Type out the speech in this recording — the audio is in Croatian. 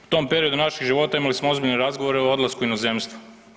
U tom periodu našeg života imali smo ozbiljne razgovore o odlasku u inozemstvo.